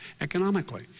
economically